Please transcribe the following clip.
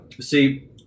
See